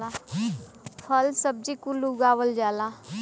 फल सब्जी कुल उगावल जाला